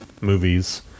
movies